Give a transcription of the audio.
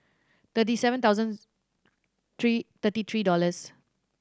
thirty seven thousand three thirty three dollars